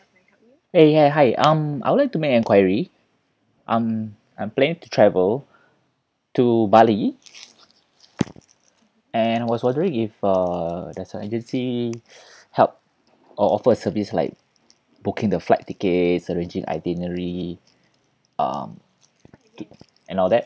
eh ya hi um I would like to make enquiry um I'm planning to travel to bali and was wondering if uh does your agency help or offer service like booking the flight tickets arranging itinerary um and all that